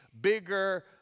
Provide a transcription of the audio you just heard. bigger